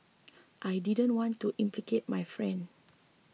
I didn't want to implicate my friend